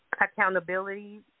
Accountability